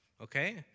Okay